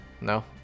No